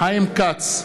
חיים כץ,